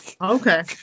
okay